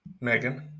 Megan